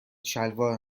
شلوار